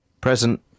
Present